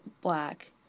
black